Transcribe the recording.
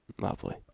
Lovely